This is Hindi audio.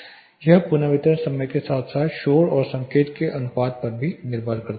तो यह पुनर्वितरण समय के साथ साथ शोर और संकेत के अनुपात पर निर्भर करता है